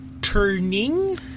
turning